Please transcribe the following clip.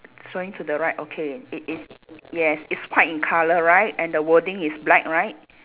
swinging to the right okay it is yes it's white in colour right and the wording is black right